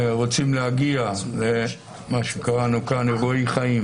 ורוצים להגיע לאירועי חיים.